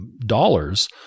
dollars